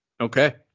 Okay